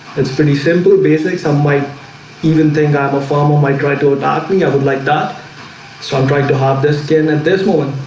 it's pretty simple basic some might even think i have a form of my try to attack and ah think i would like that so i'm trying to have this ten at this moment.